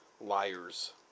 Liars